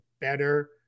better